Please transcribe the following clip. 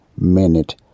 minute